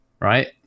Right